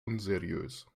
unseriös